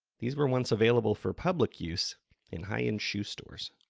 these were once available for public use in high-end shoe stores.